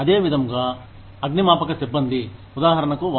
అదే విధముగా అగ్నిమాపక సిబ్బంది ఉదాహరణకు